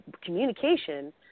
communication